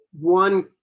one